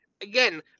Again